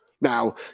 Now